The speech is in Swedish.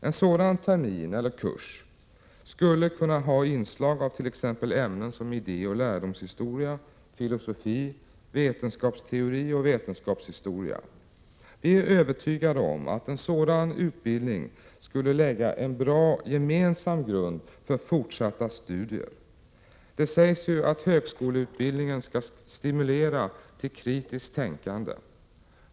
En sådan introduktionstermin eller kurs skulle kunna ha inslag av ämnen som idé och lärdomshistoria, filosofi, vetenskapsteori och vetenskapshistoria. Vi är övertygade om att en sådan utbildning skulle lägga en bra gemensam grund för fortsatta studier. Det sägs ju att högskoleutbildningen skall stimulera till kritiskt tänkande.